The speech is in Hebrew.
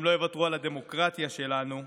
הם לא יוותרו על הדמוקרטיה שלנו,